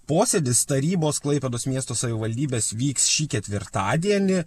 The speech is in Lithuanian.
posėdis tarybos klaipėdos miesto savivaldybės vyks šį ketvirtadienį